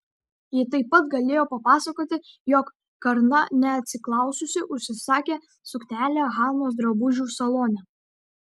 ji taip pat galėjo papasakoti jog karna neatsiklaususi užsisakė suknelę hanos drabužių salone